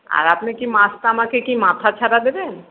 আর আপনি কি মাছটা আমাকে কি মাথা ছাড়া দেবেন